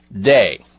day